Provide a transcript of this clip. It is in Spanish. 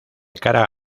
cara